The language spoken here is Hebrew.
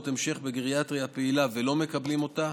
המשך בגריאטריה הפעילה ולא מקבלים אותה,